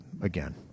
again